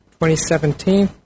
2017